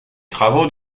travaux